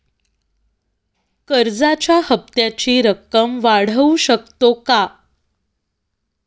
कर्जाच्या हप्त्याची रक्कम वाढवू शकतो का?